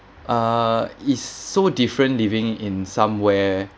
uh it's so different living in somewhere